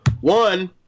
one